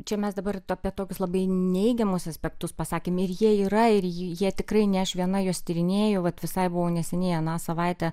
čia mes dabar apie tokius labai neigiamus aspektus pasakėm ir jie yra ir jie tikrai ne aš viena juos tyrinėju vat visai buvau neseniai aną savaitę